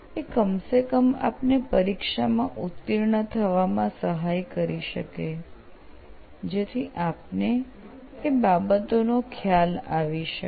એ કમ સે કમ આપને પરીક્ષામાં ઉતીર્ણ થવામાં સહાય કરી શકે જેથી આપને એ બાબતનો ખ્યાલ આવી શકે